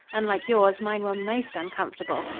unlike yours, mine were most uncomfortable.